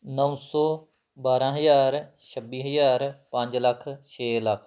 ਨੌਂ ਸੌ ਬਾਰਾਂ ਹਜ਼ਾਰ ਛੱਬੀ ਹਜ਼ਾਰ ਪੰਜ ਲੱਖ ਛੇ ਲੱਖ